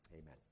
amen